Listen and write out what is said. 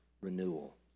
renewal